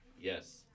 yes